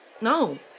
No